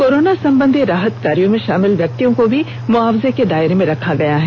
corona संबंधी राहत कार्यों में शामिल व्यक्तियों को भी मुआवजे के दायरे में रखा गया है